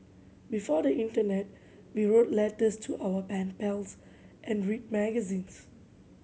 before the internet we wrote letters to our pen pals and read magazines